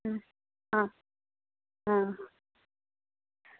आं आं